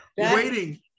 waiting